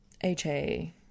HA